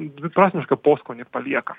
dviprasmišką poskonį palieka